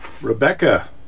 Rebecca